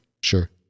Sure